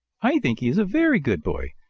i think he's a very good boy,